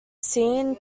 seine